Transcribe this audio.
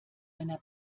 einer